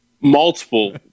Multiple